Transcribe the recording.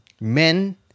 men